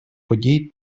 подій